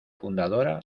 fundadora